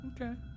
Okay